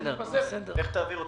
איך תעביר אותו?